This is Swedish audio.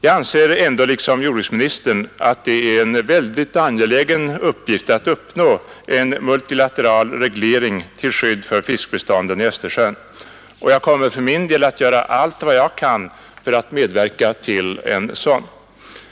Jag anser ändå liksom jordbruksministern att det är en väldigt angelägen uppgift att uppnå en multilateral reglering till skydd för fiskbestånden i Östersjön. Jag kommer för min del att göra allt vad jag kan för att medverka till en sådan.